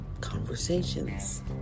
conversations